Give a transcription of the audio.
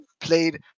played